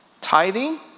Tithing